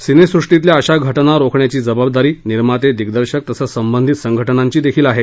सिनेसृष्टीतील्या अशा घटना रोखण्याची जबाबदारी निर्माते दिग्दर्शक तसेच संबंधित संघटनांची देखील आहे